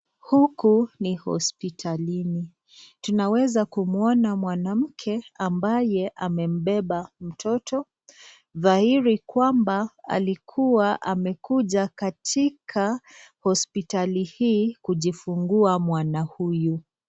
Huku ni hospitalini. Tunaweza kumuona mwanamke ambaye amembeba mtoto. Dhahiri kwamba alikuwa amekuja katika hospitali hii kujifungua mwana huyu.